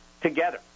together